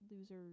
loser